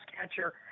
catcher